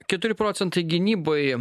keturi procentai gynybai